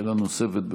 שאלה נוספת.